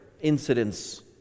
incidents